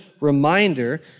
reminder